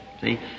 See